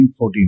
14